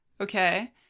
Okay